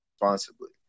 responsibly